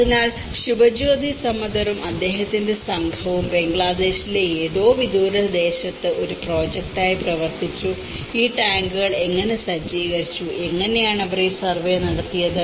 അതിനാൽ ശുഭജ്യോതി സമദ്ദറും അദ്ദേഹത്തിന്റെ സംഘവും ബംഗ്ലാദേശിലെ ഏതോ വിദൂര പ്രദേശത്ത് ഒരു പ്രോജക്റ്റായി പ്രവർത്തിച്ചു ഈ ടാങ്കുകൾ എങ്ങനെ സജ്ജീകരിച്ചു എങ്ങനെയാണ് അവർ ഈ സർവേ നടത്തിയത്